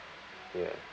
ya